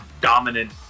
dominant